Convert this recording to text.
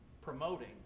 promoting